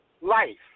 life